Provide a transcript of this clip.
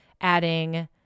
adding